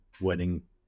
wedding